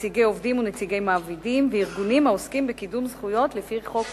נציגי עובדים ונציגי מעבידים וארגונים העוסקים בקידום זכויות לפי חוק